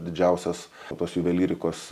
didžiausias tos juvelyrikos